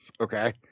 Okay